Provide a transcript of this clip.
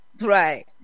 Right